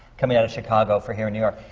coming out of chicago, for here in new york.